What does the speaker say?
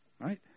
Right